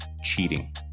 cheating